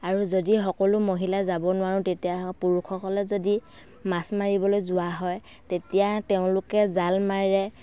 আৰু যদি সকলো মহিলা যাব নোৱাৰোঁ তেতিয়া পুৰুষসকলে যদি মাছ মাৰিবলে যোৱা হয় তেতিয়া তেওঁলোকে জাল মাৰে